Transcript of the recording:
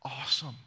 awesome